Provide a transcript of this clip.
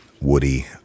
Woody